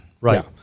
Right